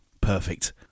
Perfect